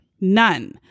None